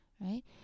right